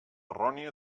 errònia